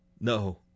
No